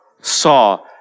saw